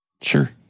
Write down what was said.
Sure